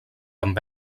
amb